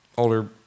Older